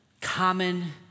common